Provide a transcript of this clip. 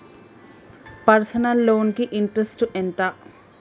Personal loan కి interest ఎంత?